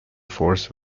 force